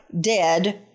dead